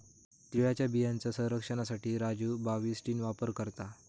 तिळाच्या बियांचा रक्षनासाठी राजू बाविस्टीन वापर करता